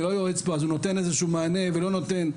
אני לא יועץ פה ואז נותן איזשהו מענה ולא נותן,